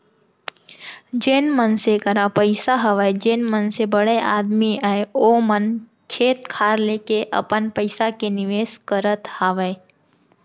जेन मनसे करा पइसा हवय जेन मनसे बड़े आदमी अय ओ मन खेत खार लेके अपन पइसा के निवेस करत हावय